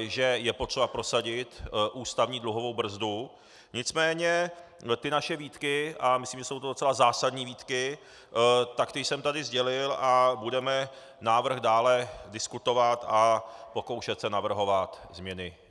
že je potřeba prosadit ústavní dluhovou brzdu, nicméně naše výtky, a myslím, že jsou to docela zásadní výtky, jsem tady sdělil a budeme návrh dále diskutovat a pokoušet se navrhovat změny.